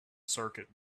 circuit